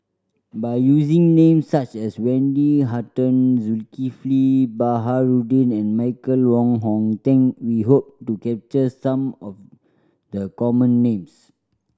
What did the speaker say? by using names such as Wendy Hutton Zulkifli Baharudin and Michael Wong Hong Teng we hope to capture some of the common names